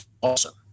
Awesome